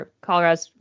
Colorado